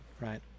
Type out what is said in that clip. right